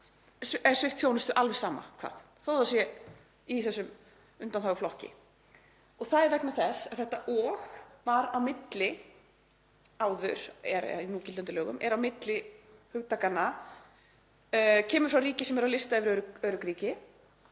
er sviptur þjónustu, alveg sama hvað, þó að hann sé í þessum undanþáguflokki. Það er vegna þess að þetta „og“ var áður, er í núgildandi lögum, milli hugtakanna „kemur frá ríki sem er á lista yfir örugg ríki“